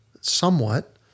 somewhat